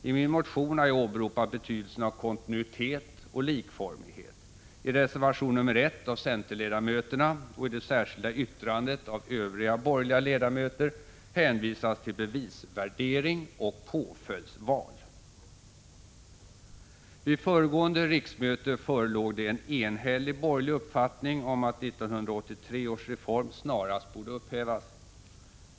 I min motion har jag åberopat betydelsen av kontinuitet och likformighet. I — Prot. 1985/86:134 reservation nr 1 av centerledamöterna och i det särskilda yttrandet av övriga 6 maj 1986 borgerliga ledamöter hänvisas till bevisvärdering och påföljdsval. Vid föregående riksmöte förelåg det en enhällig borgerlig uppfattning om att 1983 års reform snarast borde upphävas.